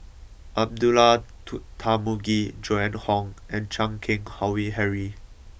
Abdullah to Tarmugi Joan Hon and Chan Keng Howe Harry